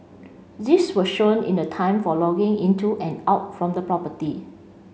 this was shown in the time for logging into and out from the property